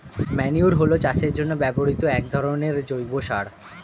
manure হলো চাষের জন্য ব্যবহৃত একরকমের জৈব সার